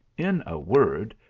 in a word,